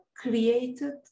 created